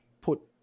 put